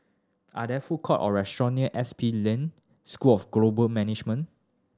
are there food courts or restaurants near S P School of Global Management